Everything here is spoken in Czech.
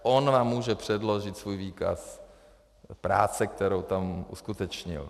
On vám může předložit svůj výkaz práce, kterou tam uskutečnil.